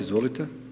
Izvolite.